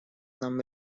нам